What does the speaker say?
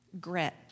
Grit